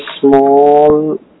small